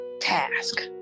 task